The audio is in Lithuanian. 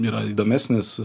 yra įdomesnis